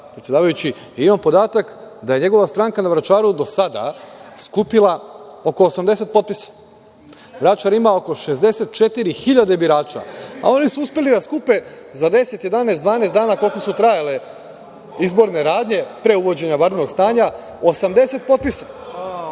imam podatak da je njegova stranka na Vračaru do sada skupila oko 80 potpisa. Vračar ima oko 64.000 birača, a oni su uspeli da skupe za deset, jedanaest, dvanaest dana koliko su trajale izborne radnje pre uvođenja vanrednog stanja 80 potpisa.